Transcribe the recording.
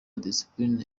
discipline